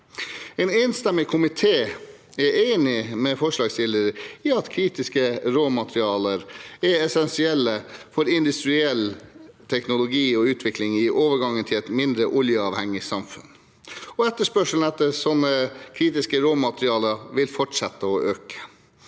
En enstemmig komité er enig med forslagsstiller i at kritiske råmaterialer er essensielle for industriell teknologi og utvikling i overgangen til et mindre oljeavhengig samfunn, og etterspørselen etter slike kritiske råmaterialer vil fortsette å øke.